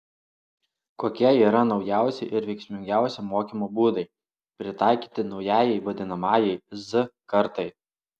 kokie yra naujausi ir veiksmingiausi mokymo būdai pritaikyti naujajai vadinamajai z kartai